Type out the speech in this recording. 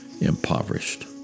impoverished